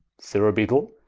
sirrha beadle,